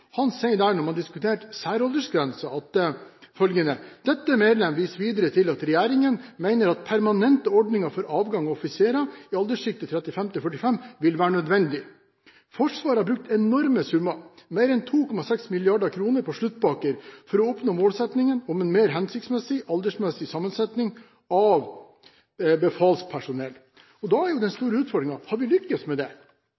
Han sier der – da man diskuterte særaldersgrensen – følgende: «Dette medlem viser videre til at Regjeringen mener permanente ordninger for avgang av offiserer i alderssjiktet 35–45 år vil være nødvendig. Forsvaret har brukt enorme summer – mer enn 2,6 mrd. kroner – på sluttpakker, for å oppnå målsetningene om en mer hensiktsmessig aldersmessig sammensetning av befalspersonell.» Den store utfordringen er